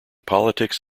politics